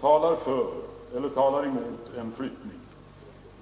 talar för eller mot en flyttning.